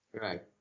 Right